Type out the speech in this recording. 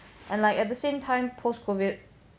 and like at the same time post COVID